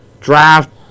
draft